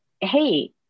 Hey